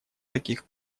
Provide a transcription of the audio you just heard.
таких